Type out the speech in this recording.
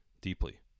deeply